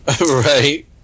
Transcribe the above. Right